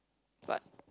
but